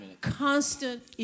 constant